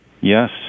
Yes